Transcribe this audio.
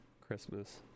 Christmas